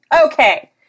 Okay